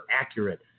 accurate